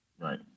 Right